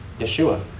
Yeshua